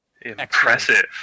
Impressive